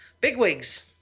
bigwigs